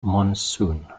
monsoon